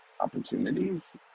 opportunities